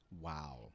Wow